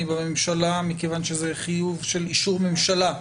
בממשלה מכיוון שזה חיוב של אישור ממשלה.